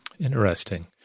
Interesting